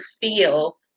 feel